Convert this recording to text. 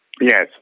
Yes